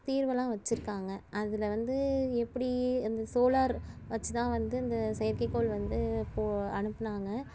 தீர்வெல்லாம் வச்சிருக்காங்க அதில் வந்து எப்படி அந்த சோலார் வச்சுதான் வந்து அந்த செயற்கைகோள் வந்து இப்போது அணுப்புனாங்க